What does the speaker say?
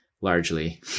largely